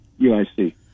UIC